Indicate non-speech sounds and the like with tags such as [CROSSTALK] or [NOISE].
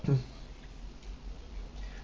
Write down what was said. [COUGHS]